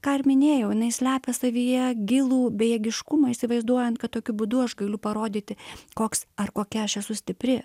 ką ir minėjau jinai slepia savyje gilų bejėgiškumą įsivaizduojant kad tokiu būdu aš galiu parodyti koks ar kokia aš esu stipri